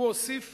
הוא הוסיף